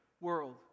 world